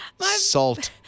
Salt